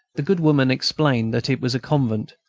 the good woman explained that it was a convent,